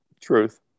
Truth